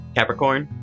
Capricorn